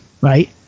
right